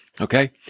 Okay